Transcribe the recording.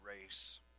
race